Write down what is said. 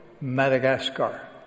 Madagascar